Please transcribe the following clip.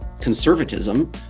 conservatism